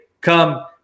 come